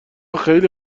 خیلی